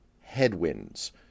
headwinds